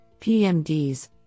PMDs